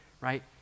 right